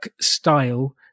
style